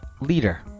leader